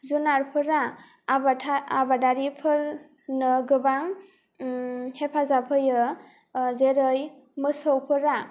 जुनारफोरा आबादारिफोरनो गोबां हेफाजाब होयो जोरै मोसौफोरा